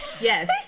Yes